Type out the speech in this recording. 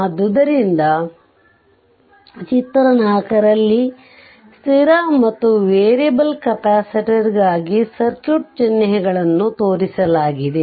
ಆದ್ದರಿಂದ ಆದ್ದರಿಂದ ಚಿತ್ರ 4 ರಲ್ಲಿ ಸ್ಥಿರ ಮತ್ತು ವೇರಿಯಬಲ್ ಕೆಪಾಸಿಟರ್ಗಾಗಿ ಸರ್ಕ್ಯೂಟ್ ಚಿಹ್ನೆಗಳನ್ನು ತೋರಿಲಾಗಿದೆ